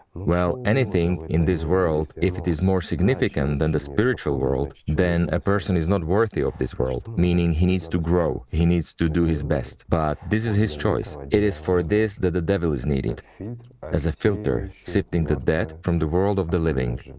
well, anything in this world, if it is more significant than the spiritual world, then a person is not worthy of this world, meaning, he needs to grow, he needs to do his best. but this is his choice. it is for this that the devil is needed as a filter sifting the dead from the world of the living.